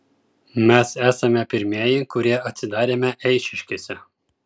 mes esame pirmieji kurie atsidarėme eišiškėse